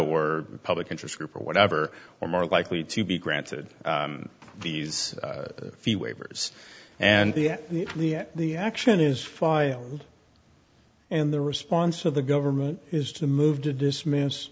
the public interest group or whatever or more likely to be granted these fee waivers and the at the action is filed and the response of the government is to move to dismiss